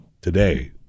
today